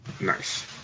Nice